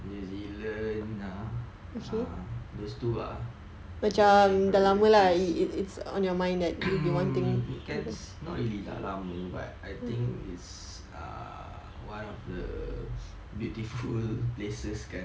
new zealand ya uh those two are depends not really dah lama but I think is err one of the beautiful places kan